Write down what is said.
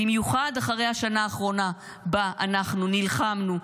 במיוחד אחרי השנה האחרונה שבה אנחנו נלחמנו,